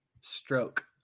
stroke